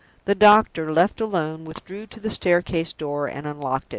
the doctor, left alone, withdrew to the staircase door and unlocked it,